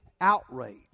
outrage